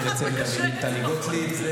ידעתי שלא צריך להזכיר את צמד המילים "טלי גוטליב".